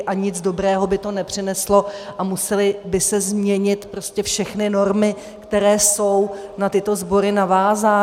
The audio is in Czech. A nic dobrého by to nepřineslo a musely by se změnit prostě všechny normy, které jsou na tyto sbory navázány.